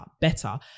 better